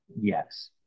yes